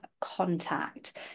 contact